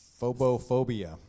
Phobophobia